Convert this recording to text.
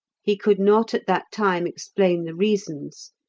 he could not at that time explain the reasons,